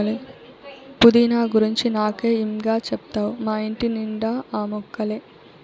పుదీనా గురించి నాకే ఇం గా చెప్తావ్ మా ఇంటి నిండా ఆ మొక్కలే